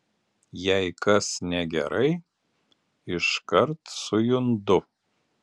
jei kas negerai iškart sujundu